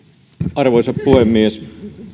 arvoisa puhemies